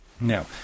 Now